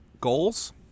goals